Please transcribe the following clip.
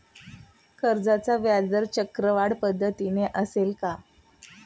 कर्जाचा व्याजदर चक्रवाढ पद्धतीने असेल का?